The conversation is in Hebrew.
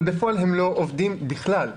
אבל בפועל הם לא עובדים בכלל.